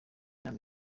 nama